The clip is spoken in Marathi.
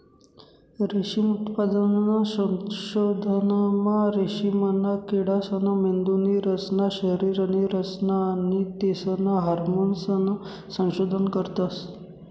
रेशीम उत्पादनना संशोधनमा रेशीमना किडासना मेंदुनी रचना, शरीरनी रचना आणि तेसना हार्मोन्सनं संशोधन करतस